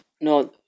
No